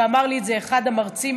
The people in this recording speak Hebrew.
ואמר לי את זה אחד המרצים,